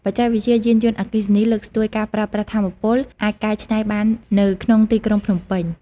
បច្ចេកវិទ្យាយានយន្តអគ្គីសនី លើកស្ទួយការប្រើប្រាស់ថាមពលអាចកែច្នៃបាននៅក្នុងទីក្រុងភ្នំពេញ។